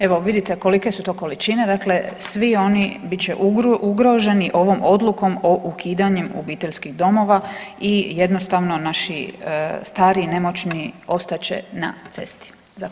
Evo vidite kolike su to količine, dakle svi oni bit će ugroženi ovom odlukom o ukidanju obiteljskih domova i jednostavno naši stari i nemoćni ostat će na cesti.